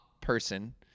person